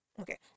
okay